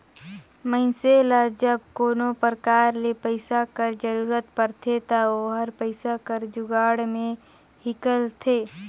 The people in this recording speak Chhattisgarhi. मइनसे ल जब कोनो परकार ले पइसा कर जरूरत परथे ता ओहर पइसा कर जुगाड़ में हिंकलथे